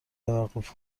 توقف